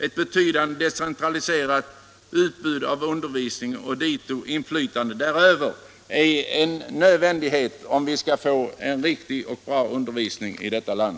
Ett betydande decentraliserat utbud av undervisning och även ett decentraliserat inflytande däröver är en nödvändighet om vi skall få en riktig och bra undervisning i vårt land.